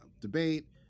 debate